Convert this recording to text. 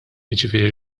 jiġifieri